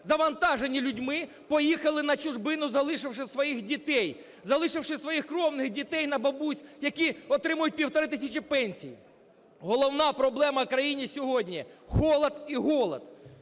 завантажені людьми, поїхали на чужину, заливши своїх дітей, залишивши своїх кровних дітей на бабусь, які отримують півтори тисячі пенсії. Головна проблема в країні сьогодні – холод і голод.